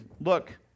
Look